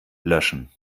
löschen